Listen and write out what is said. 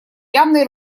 явной